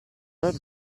not